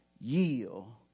yield